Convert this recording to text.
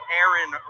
Aaron